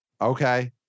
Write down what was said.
Okay